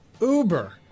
Uber